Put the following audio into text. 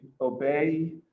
obey